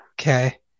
Okay